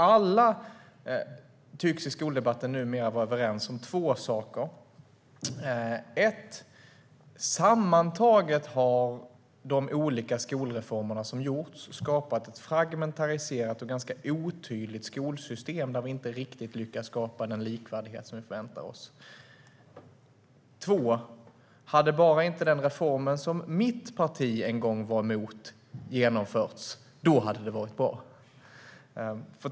Alla tycks i skoldebatten numera vara överens om två saker: Sammantaget har de olika skolreformer som gjorts skapat ett fragmentiserat och ganska otydligt skolsystem, där vi inte riktigt lyckas skapa den likvärdighet som vi förväntar oss. Hade bara inte den reform som mitt parti en gång var emot genomförts hade det varit bra.